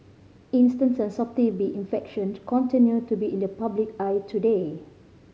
instances of T B infection continue to be in the public eye today